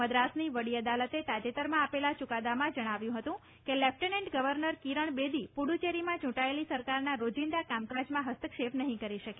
મદ્રાસની વડી અદાલતે તાજેતરમાં આપેલા ચૂકાદામાં જણાવ્યું હતું કે લેફટનંટ ગવર્નર કિરણ બેદી પુડુચેરીમાં ચૂંટાયેલી સરકારના રોજિંદા કામકાજમાં હસ્તક્ષેપ નહીં કરી શકે